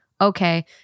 okay